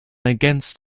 against